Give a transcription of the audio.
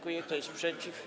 Kto jest przeciw?